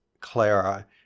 Clara